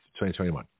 2021